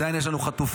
עדיין יש לנו חטופים,